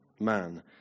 man